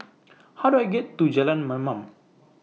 How Do I get to Jalan Mamam